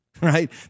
right